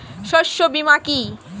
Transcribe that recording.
শস্য বীমা কি?